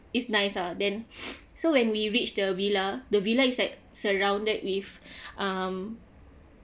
it's nice ah then so when we reached the villa the villa is like surrounded with um